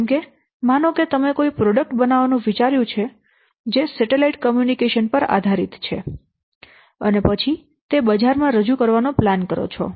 જેમ કે માનો કે તમે કોઈ પ્રોડકટ બનાવવાનું વિચાર્યું છે જે સેટેલાઇટ કમ્યુનિકેશન પર આધારિત છે અને તે પછી તે બજારમાં રજૂ કરવાનો પ્લાન કરો છો